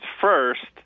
First